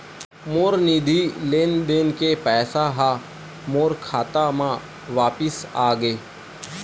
मोर निधि लेन देन के पैसा हा मोर खाता मा वापिस आ गे